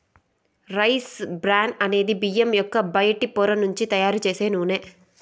rice bran అనేది బియ్యం యొక్క బయటి పొర నుంచి తయారు చేసే నూనె